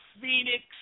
Phoenix